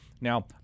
Now